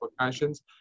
applications